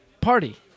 party